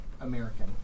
American